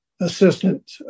assistant